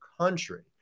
country